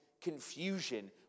confusion